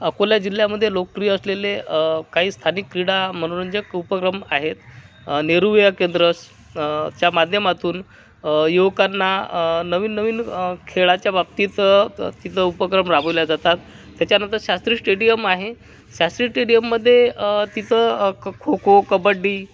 अकोला जिल्ह्यामध्ये लोकप्रिय असलेले काही स्थानिक क्रीडा मनोरंजक उपक्रम आहेत नेहरूविहार केंद्र च्या माध्यमातून युवकांना नवीन नवीन खेळाच्या बाबतीत त तिथं उपक्रम राबवले जातात त्याच्यानंतर शास्त्री स्टेडियम आहे शास्त्री स्टेडियममध्ये तिथं खो खो कबड्डी